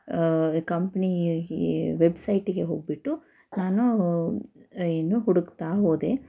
company ವೆಬ್ಸೈಟಿಗೆ ಹೋಗಿಬಿಟ್ಟು ನಾನು ಏನು ಹುಡ್ಕ್ತಾ ಹೋದೆ